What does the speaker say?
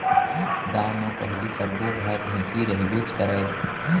गॉंव म पहिली सब्बो घर ढेंकी रहिबेच करय